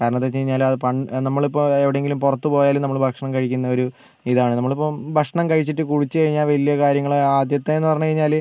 കാരണം എന്താന്ന് വെച്ച് കഴിഞ്ഞാൽ അത് പണ്ട് നമ്മളിപ്പോൾ എവിടെങ്കിലും പുറത്ത് പോയാലും നമ്മൾ ഭക്ഷണം കഴിക്കുന്ന ഒരു ഇതാണ് നമ്മളിപ്പം ഭക്ഷണം കഴിച്ചിട്ട് കുളിച്ച് കഴിഞ്ഞാൽ വലിയ കാര്യങ്ങൾ ആദ്യത്തേതെന്ന് പറഞ്ഞ് കഴിഞ്ഞാൽ